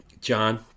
john